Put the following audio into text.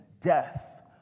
death